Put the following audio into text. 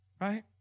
right